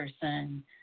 person